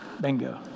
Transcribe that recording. Bingo